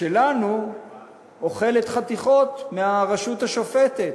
שלנו אוכלת חתיכות מהרשות השופטת.